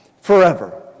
forever